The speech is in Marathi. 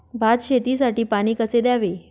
भात शेतीसाठी पाणी कसे द्यावे?